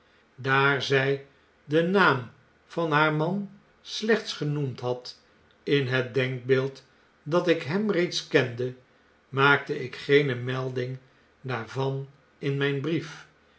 daar zjj den naam van haar man slechts genoemd had in het denkbeeld dat ik hem reeds kende maakte ik geene melding daarvan in mijn brief